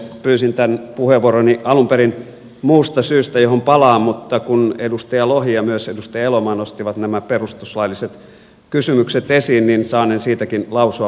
pyysin tämän puheenvuoroni alun perin muusta syystä johon palaan mutta kun edustaja lohi ja myös edustaja elomaa nosti nämä perustuslailliset kysymykset esiin niin saanen siitäkin lausua muutaman sanan